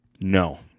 No